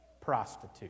prostitute